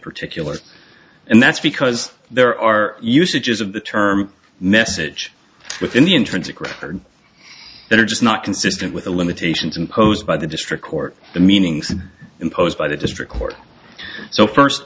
particular and that's because there are usages of the term message within the intrinsic record that are just not consistent with the limitations imposed by the district court the meanings imposed by the district court so first